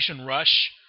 Rush